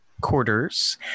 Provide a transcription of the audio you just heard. quarters